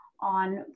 on